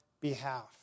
behalf